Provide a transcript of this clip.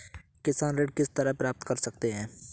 किसान ऋण किस तरह प्राप्त कर सकते हैं?